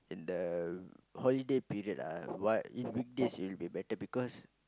in the holiday period uh what in weekdays will be better because